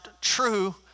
true